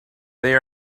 they